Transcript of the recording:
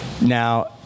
Now